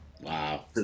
Wow